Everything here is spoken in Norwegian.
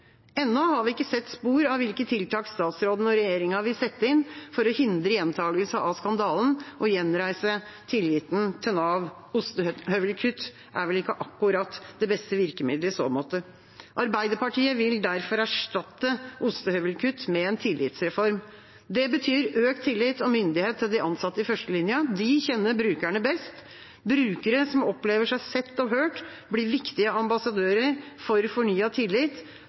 Ennå har vi ikke sett spor av hvilke tiltak statsråden og regjeringa vil sette inn for å hindre gjentakelse av skandalen og gjenreise tilliten til Nav. Ostehøvelkutt er vel ikke akkurat det beste virkemidlet i så måte. Arbeiderpartiet vil derfor erstatte ostehøvelkutt med en tillitsreform. Det betyr økt tillit og myndighet til de ansatte i førstelinja. De kjenner brukerne best. Brukere som opplever seg sett og hørt, blir viktige ambassadører for fornyet tillit,